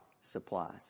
supplies